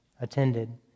attended